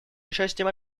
участием